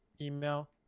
email